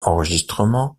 enregistrement